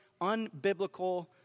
unbiblical